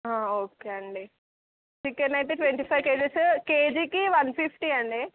okay అండి chicken అయితే twenty five కేజెసు కేజీకి వన్ ఫిఫ్టీ అండి